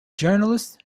journalist